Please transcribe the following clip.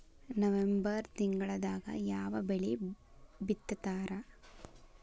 November ತಿಂಗಳದಾಗ ಯಾವ ಬೆಳಿ ಬಿತ್ತತಾರ?